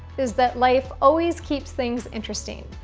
is that life always keeps things interesting,